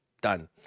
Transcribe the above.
Done